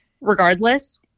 regardless